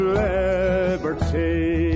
liberty